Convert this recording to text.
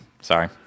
Sorry